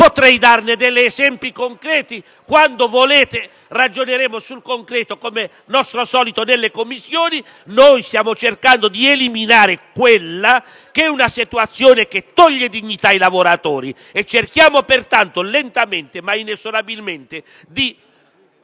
Potrei darvi degli esempi concreti. Quando vorrete, ragioneremo sul concreto, come nostro solito, nelle Commissioni. Stiamo cercando di eliminare questa situazione, che toglie dignità ai lavoratori: cerchiamo pertanto, lentamente ma inesorabilmente, di